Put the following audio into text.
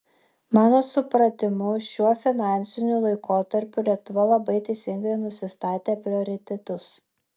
mano supratimu šiuo finansiniu laikotarpiu lietuva labai teisingai nusistatė prioritetus